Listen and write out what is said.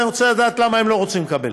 אני רוצה לדעת למה הם לא רוצים לקבל.